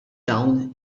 dawn